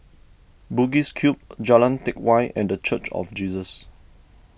Bugis Cube Jalan Teck Whye and the Church of Jesus